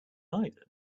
island